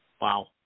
Wow